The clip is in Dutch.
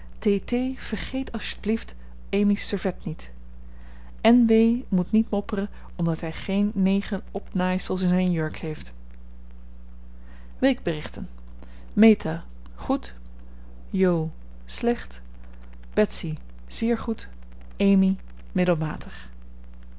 je belieft amy's servet niet n w moet niet mopperen omdat hij geen negen opnaaisels in zijn jurk heeft weekberichten meta goed jo slecht betsy zeer goed amy middelmatig